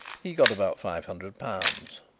he got about five hundred pounds,